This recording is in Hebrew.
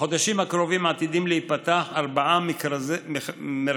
בחודשים הקרובים עתידים להיפתח ארבעה מרכזי